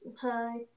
Hi